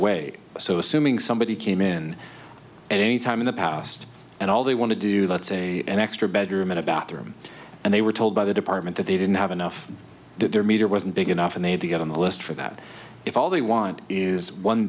away so assuming somebody came in at any time in the past and all they want to do that's a an extra bedroom in a bathroom and they were told by the department that they didn't have enough their meter wasn't big enough and they had to get on the list for that if all they want is one